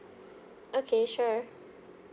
okay sure